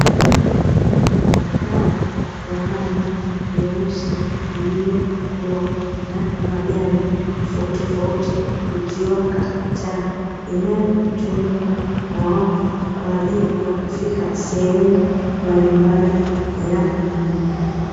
Barabara ya lami nyeusi iliyokuwa ikiwaka taa inayotumiwa na magari na watembea kwa miguu kwaajili ya kufika sehemu mbalimbali ya mji